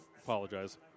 apologize